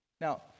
Now